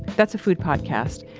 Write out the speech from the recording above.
that's a food podcast,